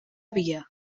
via